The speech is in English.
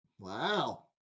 Wow